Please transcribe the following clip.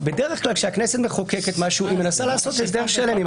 בדרך כלל כשהכנסת מחוקקת משהו היא מנסה לעשות הסדר שלם.